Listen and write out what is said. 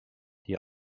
die